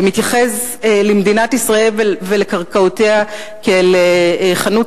ומתייחס למדינת ישראל ולקרקעותיה כאל חנות